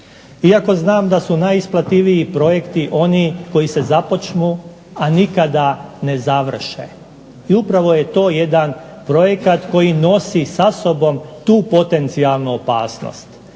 Iako znam da su najisplativiji projekti oni koji se započnu, a nikada ne završe, i upravo je to jedan projekat koji nosi sa sobom tu potencijalnu opasnost,